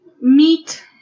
meat